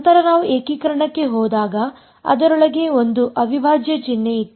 ನಂತರ ನಾವು ಏಕೀಕರಣಕ್ಕೆ ಹೋದಾಗ ಅದರೊಳಗೆ ಒಂದು ಅವಿಭಾಜ್ಯ ಚಿಹ್ನೆ ಇತ್ತು